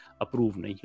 approved